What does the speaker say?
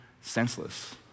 senseless